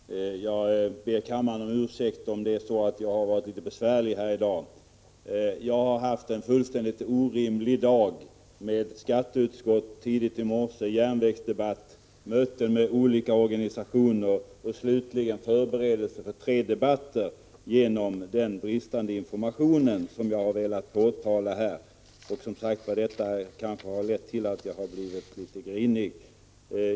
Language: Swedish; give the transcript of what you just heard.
Herr talman! Jag ber kammaren om ursäkt om jag i dag har varit litet besvärlig. Jag har haft en fullständigt orimlig dag, med sammanträde i skatteutskottet tidigt i morse, järnvägsdebatt, möte med olika organisationer och slutligen — till följd av den bristande information som jag här har velat påtala — förberedelser för tre debatter. Detta har kanske lett till att jag har varit något grinig.